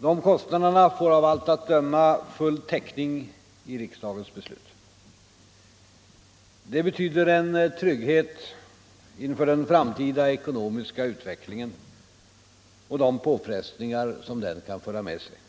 Dessa kostnader får av allt att döma full täckning i riksdagens beslut. Det betyder en trygghet inför den framtida ekonomiska utvecklingen och de påfrestningar som den kan föra med sig.